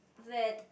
that